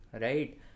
right